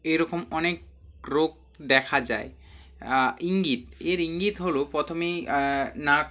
এরকম অনেক রোগ দেখা যায় ইঙ্গিত এর ইঙ্গিত হলো প্রথমে নাক